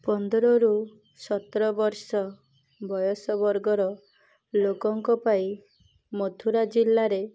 ପନ୍ଦରରୁ ସତର ବର୍ଷ ବୟସ ବର୍ଗର ଲୋକଙ୍କ ପାଇଁ ମଥୁରା ଜିଲ୍ଲାରେ